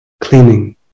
cleaning